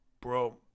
Bro